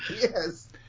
Yes